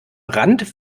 rand